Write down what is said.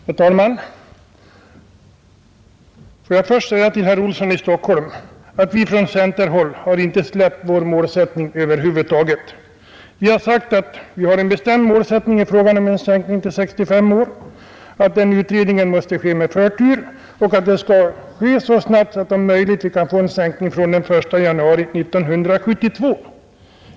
Herr talman! Får jag först säga till herr Olsson i Stockholm att vi på centerhåll inte släppt vår målsättning. Vi har sagt att vi har en bestämd målsättning i fråga om en sänkning av pensionsåldern till 65 år, att den utredningen måste ske med förtur och att utredningen måste bedrivas så snabbt att vi om möjligt kan få en sänkning från den 1 januari 1972.